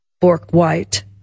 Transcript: Bork-White